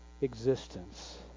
existence